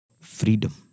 freedom